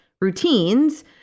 routines